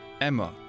Emma